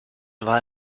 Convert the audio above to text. war